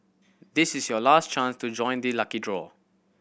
this is your last chance to join the lucky draw